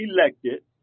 elected